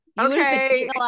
okay